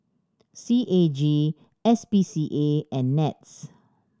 C A G S P C A and NETS